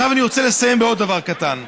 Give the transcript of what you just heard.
עכשיו אני רוצה לסיים בעוד דבר קטן: